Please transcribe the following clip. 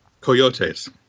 Coyotes